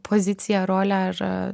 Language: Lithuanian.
poziciją rolę ar